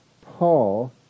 Paul